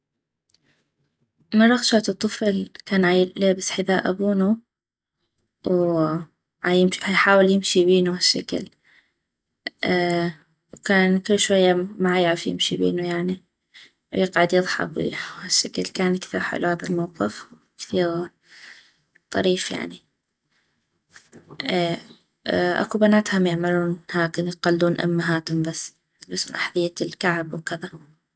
مرة غشعتو طفل كان ليبس حذاء أبونو وعيحاول يمشي بينو هشكل وكان كل شوية ما عيعف يمشي بينو يعني ويقعد يضحك و هشكل كان كثيغ حلو هذا المنظر كثيغ طريف يعني أكو بنات هم يعملون هكذا يقلدون أمهاتهم بس يلبسون أحذية الكعب وكذا